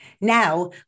Now